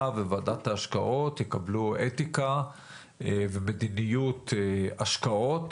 וועדת ההשקעות יקבלו אתיקה ומדיניות השקעות